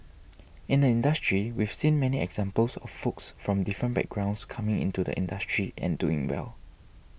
in the industry we've seen many examples of folks from different backgrounds coming into the industry and doing well